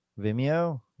Vimeo